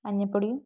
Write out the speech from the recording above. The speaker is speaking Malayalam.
മഞ്ഞൾപ്പൊടിയും